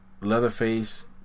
Leatherface